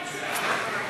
אין שר.